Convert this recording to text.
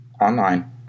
online